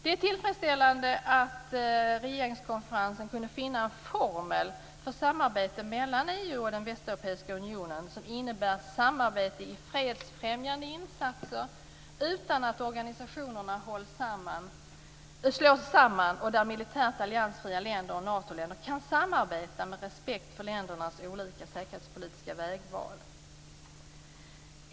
Det är tillfredsställande att regeringskonferensen kunde finna en formel för samarbete mellan EU och Västeuropeiska unionen som innebär samarbete vid fredsfrämjande insatser utan att organisationerna slås samman och där militärt alliansfria länder och Natoländer kan samarbeta med respekt för ländernas olika säkerhetspolitiska vägval.